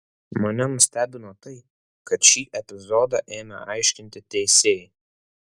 mane nustebino tai kad šį epizodą ėmė aiškinti teisėjai